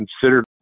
considered